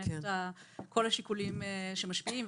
את כל השיקולים שמשפיעים.